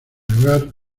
hogar